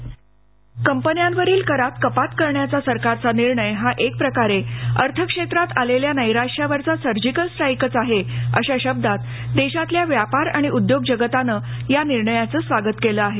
व्हीओ कंपन्यांवरील करात कपात करण्याचा सरकारचा निर्णय हा एकप्रकारे अर्थक्षेत्रात आलेल्या नैराश्यावरचा सर्जिकल स्ट्राईकच आहे अशा शब्दात देशातल्या व्यापार आणि उद्योग जगतानं या निर्णयाचं स्वागत केलं आहे